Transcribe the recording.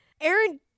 Aaron